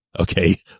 Okay